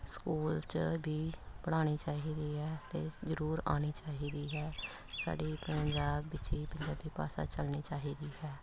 school 'ਚ ਵੀ ਪੜ੍ਹਾਉਣੀ ਚਾਹੀਦੀ ਹੈ ਅਤੇ ਜ਼ਰੂਰ ਆਉਣੀ ਚਾਹੀਦੀ ਹੈ ਸਾਡੇ ਪੰਜਾਬ ਵਿੱਚ ਹੀ ਪੰਜਾਬੀ ਭਾਸ਼ਾ ਚੱਲਣੀ ਚਾਹੀਦੀ ਹੈ